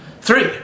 Three